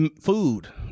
food